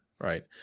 right